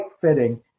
fitting